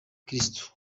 kirisitu